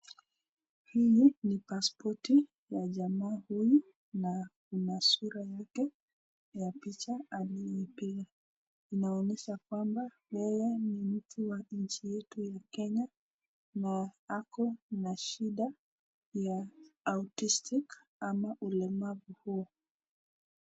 Hii ni pasipoti ya jamaa huyu na ina sura yake ya picha aliyopiga, inaonyesha kwamba yeye ni mtu wa nchi yetu ya Kenya na ako na shida ya autistic ama ulemavu huo.